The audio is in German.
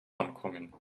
ankommen